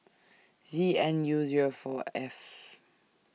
Z N U Zero four F